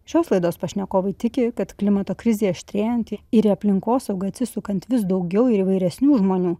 šios laidos pašnekovai tiki kad klimato krizė aštrėjanti ir į aplinkosaugą atsisukant vis daugiau ir įvairesnių žmonių